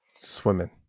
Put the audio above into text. Swimming